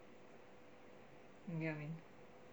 you get what I mean